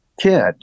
kid